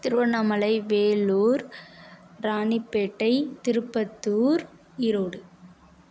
Tiruvannamalai Vellore Ranipet Tirupattur Erode